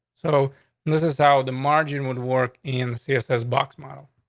so this is how the margin would work in the css box model.